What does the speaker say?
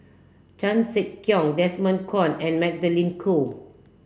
Chan Sek Keong Desmond Kon and Magdalene Khoo